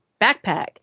backpack